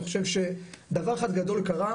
אני חושב שדבר אחד גדול קרה,